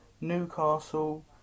Newcastle